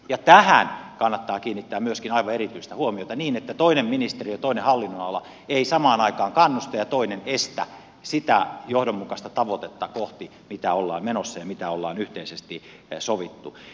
ja tähän kannattaa kiinnittää myöskin aivan erityistä huomiota että toinen ministeriö ja toinen hallinnonala ei samaan aikaan kannusta ja toinen estä menemästä sitä johdonmukaista tavoitetta kohti mihin ollaan menossa ja mistä on yhteisesti sovittu